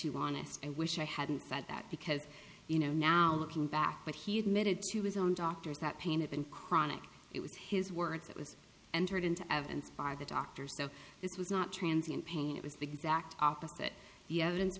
honest i wish i hadn't said that because you know now looking back but he admitted to his own doctors that pain and chronic it was his words that was entered into evidence by the doctor so this was not transmit pain it was the exact opposite the evidence